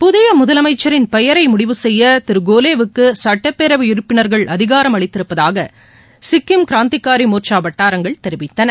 புதிய முதலமைச்சரின் பெயரை முடிவு செய்ய திரு கோலேவுக்கு சட்டப்பேரவை உறுப்பினர்கள் அதிகாரம் அளித்திருப்பதாக சிக்கிம் கிராந்திகாரி மோர்ச்சா வட்டாரங்கள் தெரிவித்தன